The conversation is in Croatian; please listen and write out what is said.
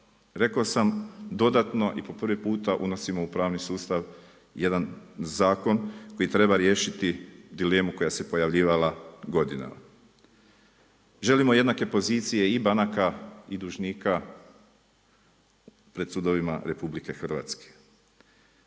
Rekao sam dodatno i po prvi puta unosimo u pravni sustav jedan zakon koji treba riješiti dilemu koja se pojavljivala godinama. Želimo jednake pozicije i banaka i dužnika pred sudovima RH. HDZ jasno